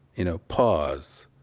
you know. pause.